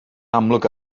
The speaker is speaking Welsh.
amlwg